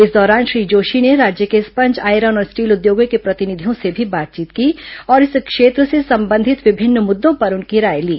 इस दौरान श्री जोशी ने राज्य के स्पंज आयरन और स्टील उद्योगों के प्रतिनिधियों से भी बातचीत की और इस क्षेत्र से संबंधित विभिन्न मुद्दों पर उनकी राय ली